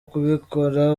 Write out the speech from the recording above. kubikora